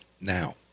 now